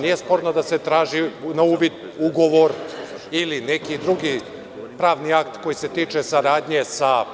Nije sporno ni da se traži na uvid ugovor ili neki drugi pravni akt koji se tiče saradnje sa